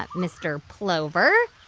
ah mr. plover.